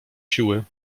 siły